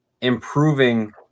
improving